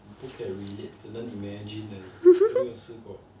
不可以 relate 只能 imagine 而以都没有试过